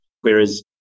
whereas